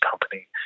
company